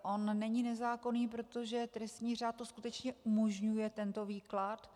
On není nezákonný, protože trestní řád to skutečně umožňuje, tento výklad.